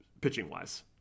pitching-wise